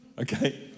Okay